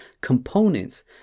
components